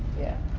yeah.